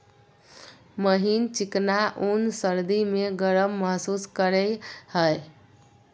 महीन चिकना ऊन सर्दी में गर्म महसूस करेय हइ